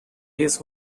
his